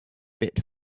bit